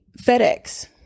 FedEx